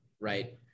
Right